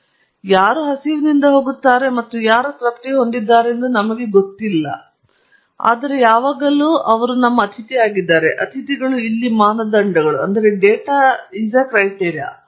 ಯಾರು ಹಸಿವಿನಿಂದ ಹೋಗುತ್ತಾರೆ ಮತ್ತು ಯಾರು ತೃಪ್ತಿ ಹೊಂದುತ್ತಾರೆಂದು ನಮಗೆ ಗೊತ್ತಿಲ್ಲ ಆದರೆ ಅವರು ಯಾವಾಗಲೂ ಕೆಲವು ಅತಿಥಿಗಳು ಆಗಿದ್ದಾರೆ ಮತ್ತು ಯಾರು ಹಸಿವಿನಿಂದ ಹೋಗುತ್ತಾರೆ ಮತ್ತು ಅತಿಥಿಗಳು ಇಲ್ಲಿ ಮಾನದಂಡಗಳು